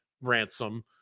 ransom